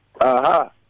Aha